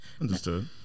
Understood